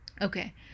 Okay